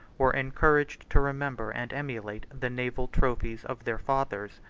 were encouraged to remember and emulate the naval trophies of their fathers,